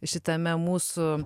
šitame mūsų